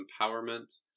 empowerment